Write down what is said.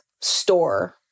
store